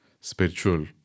spiritual